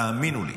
תאמינו לי,